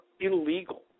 illegal